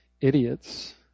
idiots